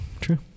true